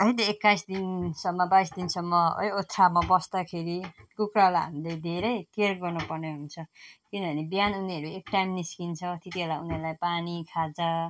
होइन एक्काइस दिनसम्म बाइस दिनसम्म है ओथ्रामा बस्दाखेरि कुखुरालाई हामीले धेरै केयर गर्नु पर्ने हुन्छ किनभने बिहान उनीहरू एक टाइम निस्कन्छ त्यति बेला उनीहरूलाई पानी खाजा